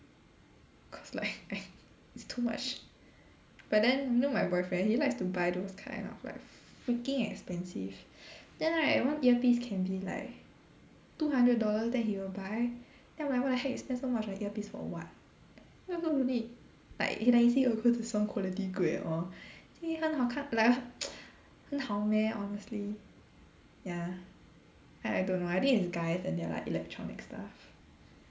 cause like it's too much but then you know my boyfriend he likes to buy those kind of like freaking expensive then right one earpiece can be like two hundred dollars that he will buy then I'm like what the heck you spend so much on earpiece for [what] no need like then he'll say oh cause the sound quality good and all say 很好看 lah 很好 meh honestly ya I I don't know I think is guys and their like electronic stuff